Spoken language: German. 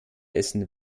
essen